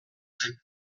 zen